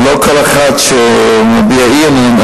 ולא כל אחד שמביע אי-אמון,